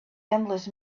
endless